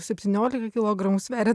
septyniolika kilogramų sveria